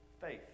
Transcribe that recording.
faith